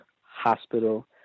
hospital